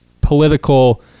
political